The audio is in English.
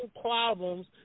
problems